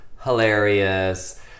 hilarious